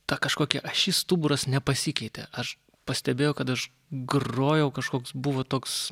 ta kažkokia ašis stuburas nepasikeitė aš pastebėjau kad aš grojau kažkoks buvo toks